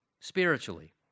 spiritually